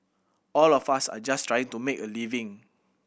all of us are just trying to make a living